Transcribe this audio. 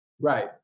Right